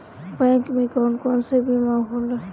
Bank में कौन कौन से बीमा होला?